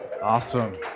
Awesome